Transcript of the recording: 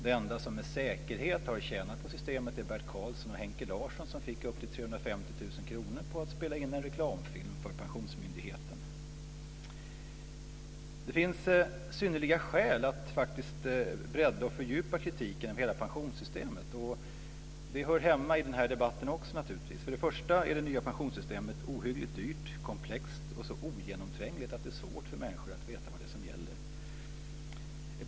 De enda som med säkerhet har tjänat på systemet är Bert Det finns synnerliga skäl att bredda och fördjupa kritiken av hela pensionssystemet. Det hör naturligtvis också hemma i denna debatt. För det första är det nya pensionssystemet ohyggligt dyrt och komplext, och så ogenomträngligt att det är svårt för människor att veta vad det är som gäller.